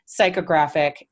psychographic